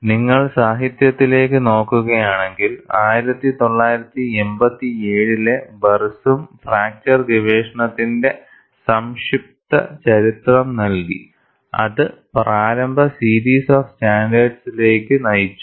നിങ്ങൾ സാഹിത്യത്തിലേക്ക് നോക്കുകയാണെങ്കിൽ 1987 ലെ ബർസൂം ഫ്രാക്ചർ ഗവേഷണത്തിന്റെ സംക്ഷിപ്ത ചരിത്രം നൽകി അത് പ്രാരംഭ സീരീസ് ഓഫ് സ്റ്റാൻഡേർഡ്സിലേക്ക് നയിച്ചു